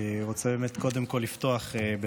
אני רוצה באמת קודם כול לפתוח בתנחומים